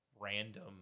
random